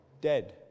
Dead